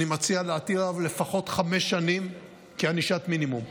אני מציע להטיל עליו לפחות חמש שנים כענישת מינימום,